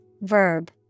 verb